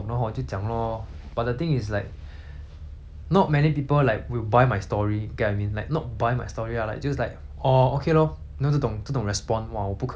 not many people like will buy my story you get what I mean like not buy my story lah like just like oh okay lor you know 这种这种 respond !wah! 我不可以 might as well 我不要个你们讲这样多话 just like oh